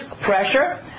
pressure